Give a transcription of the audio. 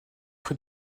près